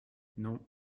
non